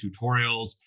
tutorials